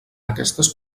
aquestes